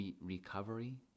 recovery